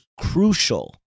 crucial